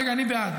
רגע, אני בעד.